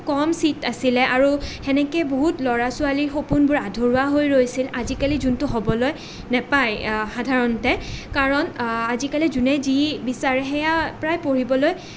খুব কম চীট আছিলে আৰু সেনেকৈ বহুত ল'ৰা ছোৱালীৰ সপোনবোৰ আধৰুৱা হৈ ৰৈছিল আজি কালি যোনটো হ'বলৈ নেপায় সাধাৰণতে কাৰণ আজি কালি যোনে যি বিচাৰে সেয়া প্ৰায় পঢ়িবলৈ